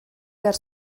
behar